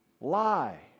lie